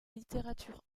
littérature